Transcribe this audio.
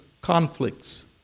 conflicts